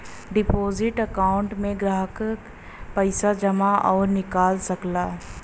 deposit account में ग्राहक पइसा जमा आउर निकाल सकला